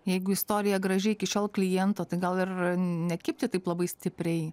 jeigu istorija graži iki šiol kliento tai gal ir nekibti taip labai stipriai